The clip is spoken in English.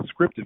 scripted